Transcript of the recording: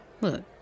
Look